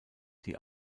die